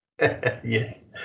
Yes